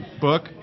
book